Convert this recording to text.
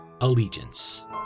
allegiance